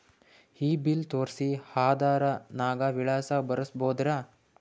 ಈ ಬಿಲ್ ತೋಸ್ರಿ ಆಧಾರ ನಾಗ ವಿಳಾಸ ಬರಸಬೋದರ?